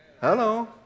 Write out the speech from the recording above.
Hello